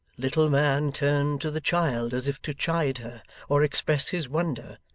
little man turned to the child as if to chide her or express his wonder,